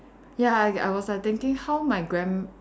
ya I I was like thinking how my grand~